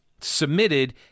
submitted